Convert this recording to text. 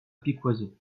piquoiseau